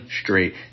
straight